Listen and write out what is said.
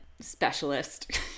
specialist